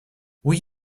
will